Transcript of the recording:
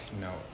no